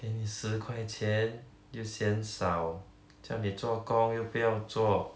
给你十块钱又嫌少叫你做工又不要做